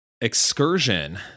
excursion